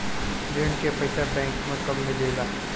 ऋण के पइसा बैंक मे कब मिले ला?